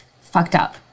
fucked-up